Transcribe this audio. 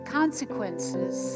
consequences